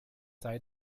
sei